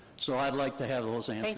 so i'd like to have those